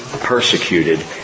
persecuted